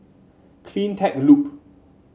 CleanTech Loop